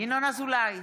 ינון אזולאי,